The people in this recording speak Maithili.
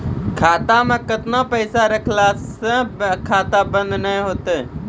खाता मे केतना पैसा रखला से खाता बंद नैय होय तै?